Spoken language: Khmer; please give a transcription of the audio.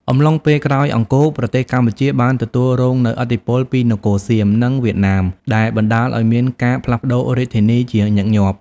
អំឡុងពេលក្រោយអង្គរ ប្រទេសកម្ពុជាបានទទួលរងនូវឥទ្ធិពលពីនគរសៀម និងវៀតណាម ដែលបណ្តាលឱ្យមានការផ្លាស់ប្តូររាជធានីជាញឹកញាប់។